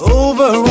over